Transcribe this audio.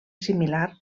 similar